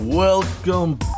Welcome